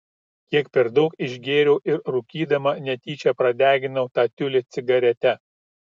kiek per daug išgėriau ir rūkydama netyčia pradeginau tą tiulį cigarete